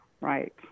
Right